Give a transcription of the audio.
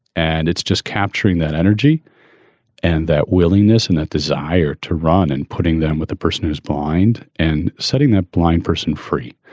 and it's just capturing that energy and that willingness and that desire to run and putting them with the person who's behind and setting that blind person free.